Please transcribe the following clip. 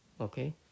Okay